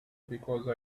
because